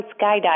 Skydiving